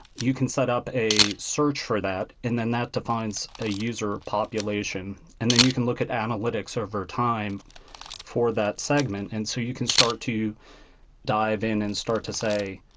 you can set up a search for that, that, and then that defines a user population. and then you can look at analytics over time for that segment. and so you can start to dive in and start to say,